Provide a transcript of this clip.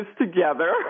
together